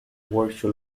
virtual